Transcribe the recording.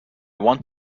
want